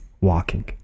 walking